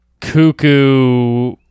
cuckoo